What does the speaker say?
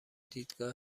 دیدگاه